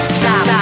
stop